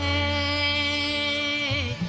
a